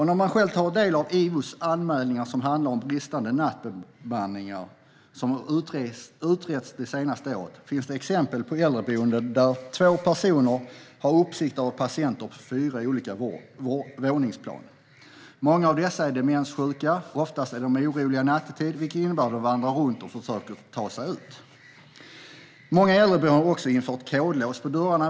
När man själv tar del av IVO:s anmälningar som handlar om bristande nattbemanning som de har utrett det senaste året finns det exempel på äldreboenden där två personer har uppsikt över patienter på fyra olika våningsplan. Många av dessa är demenssjuka. Oftast är de oroliga nattetid, vilket innebär att de vandrar runt och försöker ta sig ut. Många äldreboenden har också infört kodlås på dörrarna.